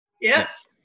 Yes